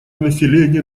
население